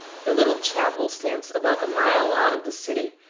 the little chapel stands about a mile out of the city,